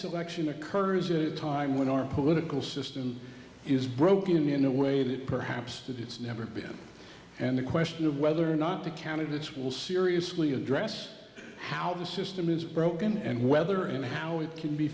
actually occurs it time when our political system is broken in a way that perhaps that it's never been and the question of whether or not the candidates will seriously address how the system is broken and whether and how it can be